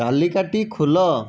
ତାଲିକାଟି ଖୋଲ